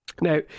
Now